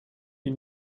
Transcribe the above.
ihm